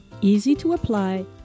easy-to-apply